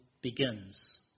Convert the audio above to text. begins